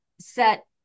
set